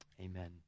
amen